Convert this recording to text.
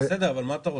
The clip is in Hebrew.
בסדר, אבל מה אתה רוצה.